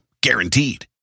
Guaranteed